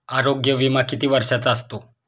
आरोग्य विमा किती वर्षांचा असतो?